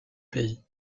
pays